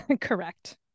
Correct